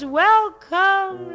welcome